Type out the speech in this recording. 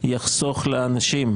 יחסוך לאנשים,